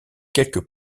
quelques